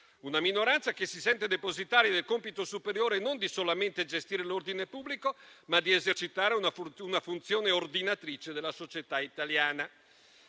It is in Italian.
personificarle e si sente depositaria del compito superiore non solamente di gestire l'ordine pubblico, ma di esercitare una funzione ordinatrice della società italiana.